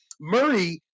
murray